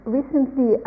recently